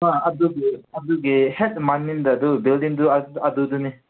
ꯑꯥ ꯑꯗꯨꯒꯤ ꯑꯗꯨꯒꯤ ꯍꯦꯛ ꯃꯅꯤꯡꯗ ꯑꯗꯨ ꯕꯤꯜꯗꯤꯡꯗꯨ ꯑꯗꯨꯗꯅꯤ